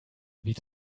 wie